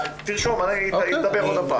תרשום, היא תדבר עוד הפעם.